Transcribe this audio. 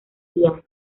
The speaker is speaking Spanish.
vial